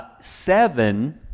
Seven